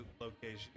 location